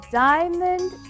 diamond